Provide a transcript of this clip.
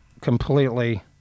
completely